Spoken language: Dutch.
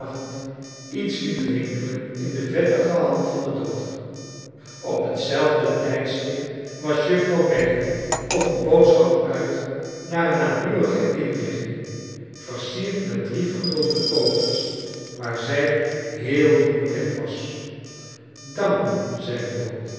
iets liet rinkelen in de vettige hand van den dokter op hetzelfde tijdstip was juffrouw bangham op een boodschap uit naar een naburige inrichting versierd met drie vergulde kogels waar zij heel goed bekend was dank u zei de dokter